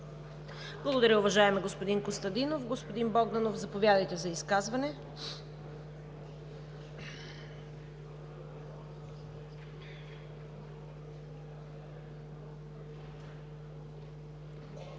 Благодаря, уважаеми господин Костадинов. Господин Богданов, заповядайте за изказване.